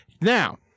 Now